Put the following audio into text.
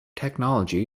technology